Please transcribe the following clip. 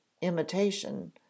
imitation